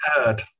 heard